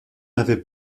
avait